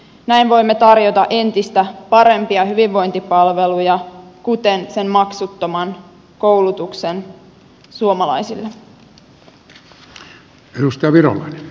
näin voimme tarjota entistä parempia hyvinvointipalveluja kuten sen maksuttoman koulutuksen suomalaisille